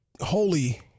Holy